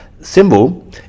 symbol